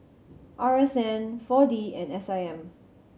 R S N Four D and S I M